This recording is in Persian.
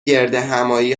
گردهمآیی